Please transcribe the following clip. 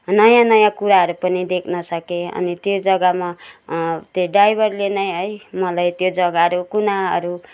नयाँ नयाँ कुराहरू पनि देख्न सके अनि त्यो जग्गामा त्यो ड्राइभरले नै है मलाई त्यो जग्गाहरू कुनाहरू